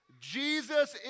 Jesus